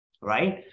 right